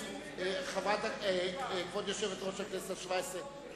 כבוד יושבת-ראש הכנסת השבע-עשרה,